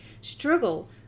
struggle